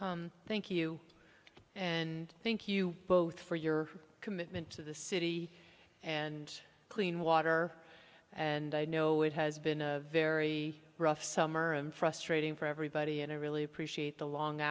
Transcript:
chairman thank you and thank you both for your commitment to the city and clean water and i know it has been a very rough summer and frustrating for everybody and i really appreciate the long